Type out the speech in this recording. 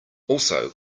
also